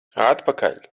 atpakaļ